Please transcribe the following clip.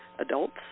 adults